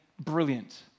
brilliant